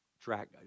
track